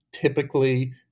typically